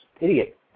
idiot